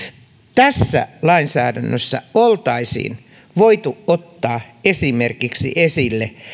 tässä lainsäädännössä oltaisiin voitu ottaa esille esimerkiksi